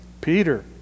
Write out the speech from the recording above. Peter